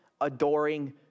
adoring